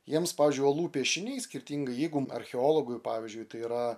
jiems pavyzdžiui uolų piešiniai skirtingai jeigu archeologui pavyzdžiui tai yra